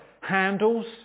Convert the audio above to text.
handles